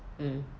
mm